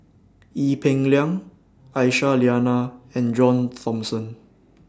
Ee Peng Liang Aisyah Lyana and John Thomson